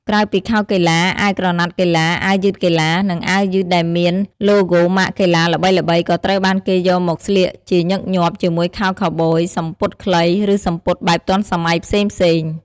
ក្រៅពីខោកីឡា អាវក្រណាត់កីឡា អាវយឺតកីឡា និងអាវយឺតដែលមានឡូហ្គោម៉ាកកីឡាល្បីៗក៏ត្រូវបានគេយកមកស្លៀកជាញឹកញាប់ជាមួយខោខូវប៊យ សំពត់ខ្លី ឬសំពត់បែបទាន់សម័យផ្សេងៗ។